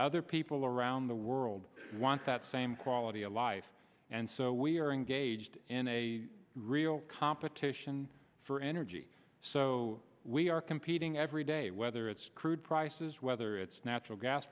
other people around the world want that same quality of life and so we are engaged in a real competition for energy so we are competing every day whether it's crude prices whether it's natural gas